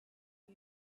are